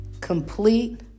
complete